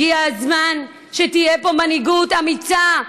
הגיע הזמן שתהיה פה מנהיגות אמיצה,